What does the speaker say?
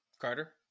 carter